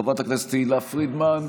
חברת הכנסת תהלה פרידמן,